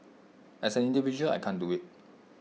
as an individual I can't do IT